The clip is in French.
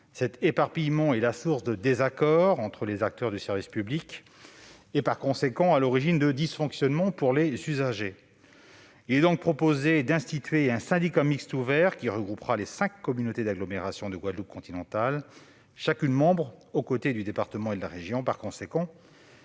Cet éparpillement est la source de désaccords entre les acteurs du service public. En résultent des dysfonctionnements pour les usagers. Il est donc proposé d'instituer un syndicat mixte ouvert, qui regroupera les cinq communautés d'agglomération de Guadeloupe continentale, chacune membre aux côtés du département et de la région. Il s'agit